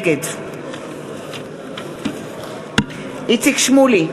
נגד איציק שמולי,